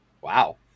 Wow